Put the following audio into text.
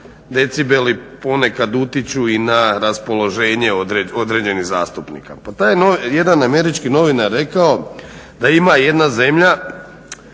decibeli ponekad utječu i na raspoloženje određenih zastupnika. Pa taj je jedan američki novinar rekao da ima jedna zemlja